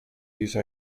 these